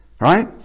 right